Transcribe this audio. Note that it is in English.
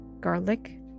garlic